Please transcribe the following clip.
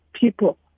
people